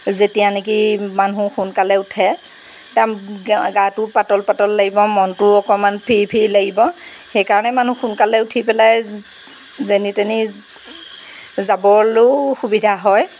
যেতিয়া নেকি মানুহ সোনকালে উঠে একদম গাটোও পাতল পাতল লাগিব মনটোও অকণমান ফ্ৰী ফ্ৰী লাগিব সেইকাৰণে মানুহ সোনকালে উঠি পেলাই যেনি তেনি যাবলৈও সুবিধা হয়